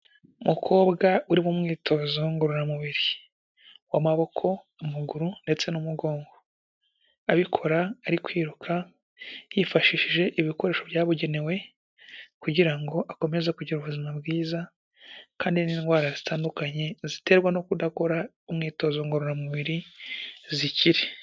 Umukobwa uri mu mwitozo ngororamubiri w'amaboko, amaguru ndetse n'umugongo abikora ari kwiruka yifashishije ibikoresho byabugenewe kugira ngo akomeze kugira ubuzima bwiza kandi n'indwara zitandukanye ziterwa no kudakora imyitozo ngororamubiri zikire.